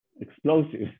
explosive